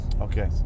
Okay